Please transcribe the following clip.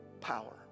power